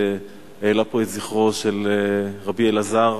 שהעלה פה את זכרו של רבי אלעזר.